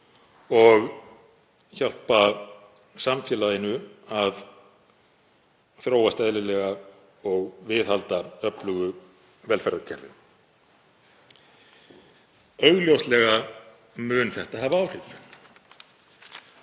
og hjálpa samfélaginu að þróast eðlilega og viðhalda öflugu velferðarkerfi. Augljóslega mun það hafa áhrif.